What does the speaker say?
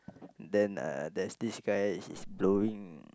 then uh there's this guy he's blowing